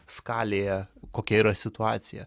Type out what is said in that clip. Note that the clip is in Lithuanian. skalėje kokia yra situacija